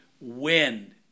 win